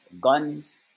guns